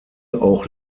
auch